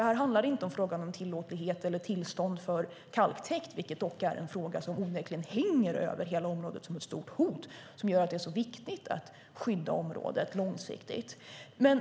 Det handlar inte om tillåtlighet eller tillstånd för kalktäkt, vilket dock är en fråga som onekligen hänger över hela området som ett stort hot och som gör att det är så viktigt att skydda området långsiktigt.